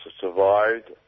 survived